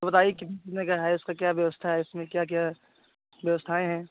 बताइए कितने कितने का है उसका क्या व्यवस्था है उसमें क्या क्या व्यवस्थाएँ हैं